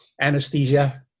anesthesia